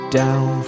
down